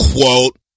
quote